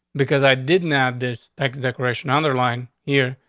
because i didn't have this text decoration other line here,